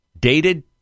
Dated